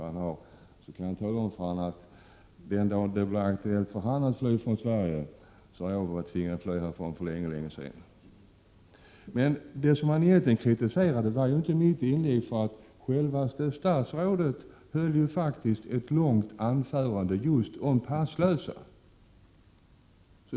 Med min kännedom om Alf Svensson kan jag tala om för honom att den dag det blir aktuellt för honom att fly från Sverige har jag varit tvungen att fly härifrån för länge, länge sedan. Det som Alf Svensson egentligen kritiserade var inte mitt inlägg, för statsrådet höll ett långt anförande om just passlösa.